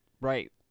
Right